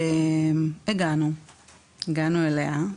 הגענו אליה.